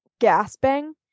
gasping